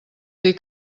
dir